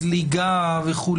מזליגה.